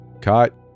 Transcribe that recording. Cut